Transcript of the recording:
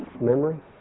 memory